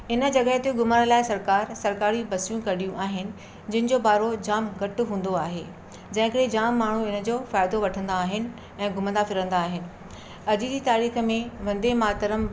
इन जॻहि ते घुमण लाइ सरकारु सरकारी बसियूं कॾियूं आहिनि जिनजो भाड़ो जाम घटि हूंदो आहे जंहिं करे जाम माण्हू हिन जो फ़ाइदो वठंदा आहिनि ऐं घुमंदा फिरंदा आहिनि अॼु जी तारीख़ में वंदे मातरम